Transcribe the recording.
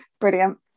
brilliant